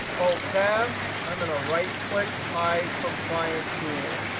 alt-tab. i mean a right click, hide from client tool.